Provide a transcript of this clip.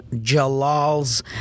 jalal's